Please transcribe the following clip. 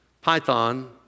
python